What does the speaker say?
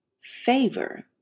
favor